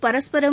பரஸ்பரம்